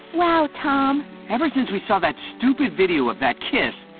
wow, tom. ever since we saw that stupid video of that kiss,